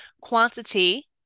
quantity